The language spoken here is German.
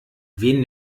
wen